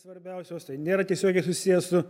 svarbiausios tai nėra tiesiogiai susiję su